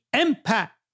impact